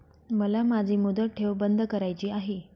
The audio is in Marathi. मला माझी मुदत ठेव बंद करायची आहे